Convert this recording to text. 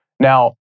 Now